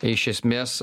iš esmės